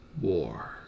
War